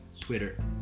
Twitter